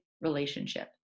relationship